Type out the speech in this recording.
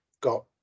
got